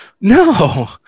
no